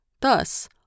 Thus